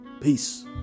Peace